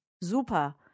Super